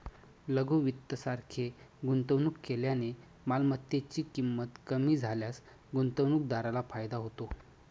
लघु वित्त सारखे गुंतवणूक केल्याने मालमत्तेची ची किंमत कमी झाल्यास गुंतवणूकदाराला फायदा होतो